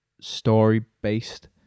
story-based